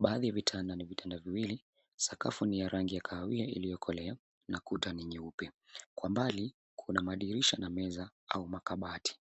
Baadhi ya vitanda ni vitanda viwili. Sakafu ni rangi ya kahawia iliyokolea na kuta ni nyeupe. Kwa mbali, kuna madirisha na meza au makabati.